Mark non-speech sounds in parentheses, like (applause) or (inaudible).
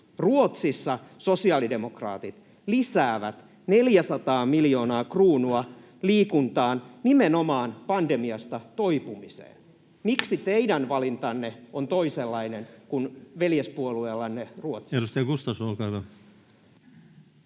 Ruotsissa sosiaalidemokraatit lisäävät 400 miljoonaa kruunua liikuntaan nimenomaan pandemiasta toipumiseksi. (noise) Miksi teidän valintanne on toisenlainen kuin veljespuolueellanne Ruotsissa?